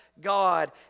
God